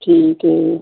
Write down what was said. ਠੀਕ ਹੈ